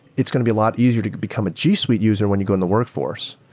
it's going to be a lot easier to become a gsuite user when you go in the workforce,